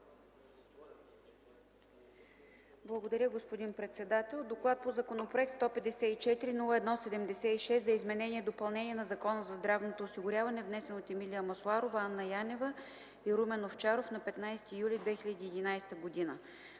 Благодаря, господин председател. „ДОКЛАД по Законопроект за изменение и допълнение на Закона за здравното осигуряване, № 154-01-76, внесен от Емилия Масларова, Анна Янева и Румен Овчаров на 15 юли 2011 г.